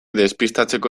despistatzeko